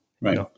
right